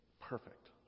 perfect